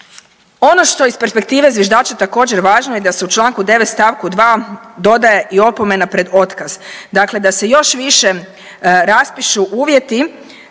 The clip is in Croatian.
Ono što iz perspektive zviždača je također važno je da se u Članku 9. Stavku 2. dodaje i opomena pred otkaz. Dakle, da se još više raspišu uvjeti